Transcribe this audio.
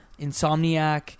Insomniac